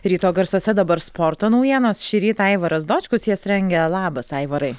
ryto garsuose dabar sporto naujienos šįryt aivaras dočkus jas rengia labas aivarai